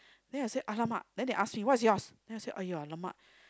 then I said !alamak! then they ask me what is yours then I said !aiya! !alamak!